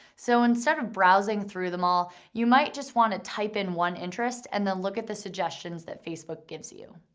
so instead of browsing through them all, you might just wanna type in one interest and then look at the suggestions that facebook gives you.